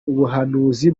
ubuhanuzi